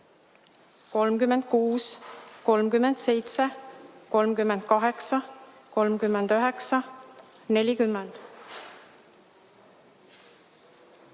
36, 37, 38, 39, 40,